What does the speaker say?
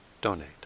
donate